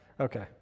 Okay